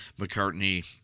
McCartney